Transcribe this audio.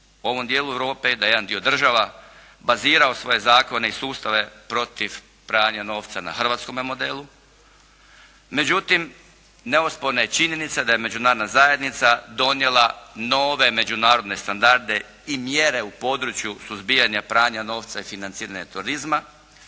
u ovom dijelu Europe. Da je jedan dio država bazirao svoje zakone i sustave protiv pranja novca na hrvatskome modelu međutim neosporna je činjenica da je međunarodna zajednica donijela nove međunarodne standarde i mjere u području suzbijanja pranja novca i financiranje turizma